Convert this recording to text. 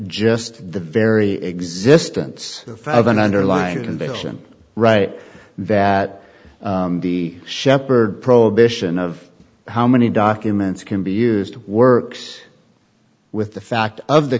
just the very existence of an underlying conviction right that the sheppard prohibition of how many documents can be used works with the fact of the